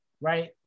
right